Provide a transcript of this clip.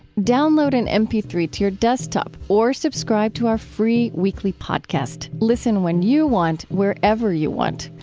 download an m p three to your desktop or subscribe to our free weekly podcast. listen when you want, wherever you want.